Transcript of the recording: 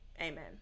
Amen